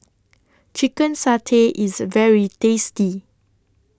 Chicken Satay IS very tasty